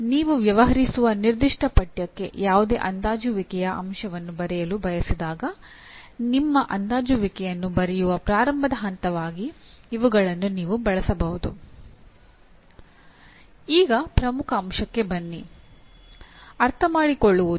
ನೀವು ವ್ಯವಹರಿಸುವ ನಿರ್ದಿಷ್ಟ ಪಠ್ಯಕ್ಕೆ ಯಾವುದೇ ಅಂದಾಜುವಿಕೆಯ ಅಂಶವನ್ನು ಬರೆಯಲು ಬಯಸಿದಾಗ ನಿಮ್ಮ ಅಂದಾಜುವಿಕೆಯನ್ನು ಬರೆಯುವ ಪ್ರಾರಂಭದ ಹಂತವಾಗಿ ಇವುಗಳನ್ನು ನೀವು ಬಳಸಬಹುದು ಈಗ ಪ್ರಮುಖ ಅಂಶಕ್ಕೆ ಬನ್ನಿ ಅರ್ಥಮಾಡಿಕೊಳ್ಳುವುದು